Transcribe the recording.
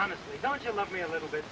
honestly don't you love me a little bit